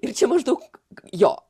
ir čia maždaug jo